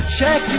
check